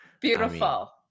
beautiful